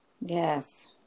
Yes